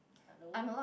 hello